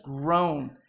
grown